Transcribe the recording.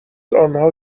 آنها